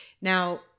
now